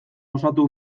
osatu